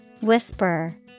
Whisper